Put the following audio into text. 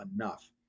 enough